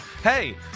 hey